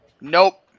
Nope